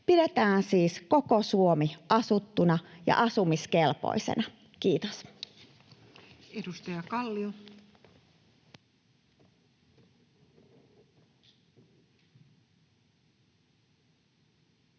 Pidetään siis koko Suomi asuttuna ja asumiskelpoisena. — Kiitos. Edustaja Kallio. Arvoisa